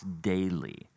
daily